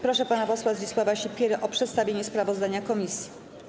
Proszę pana posła Zdzisława Sipierę o przedstawienie sprawozdania komisji.